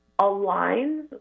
aligns